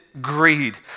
greed